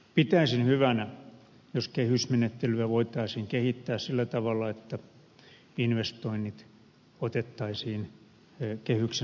pitäisin hyvänä jos kehysmenettelyä voitaisiin kehittää sillä tavalla että investoinnit otettaisiin kehyksen ulkopuolelle